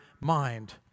mind